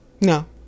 No